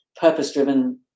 purpose-driven